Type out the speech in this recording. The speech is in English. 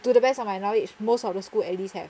to the best of my knowledge most of the school at least have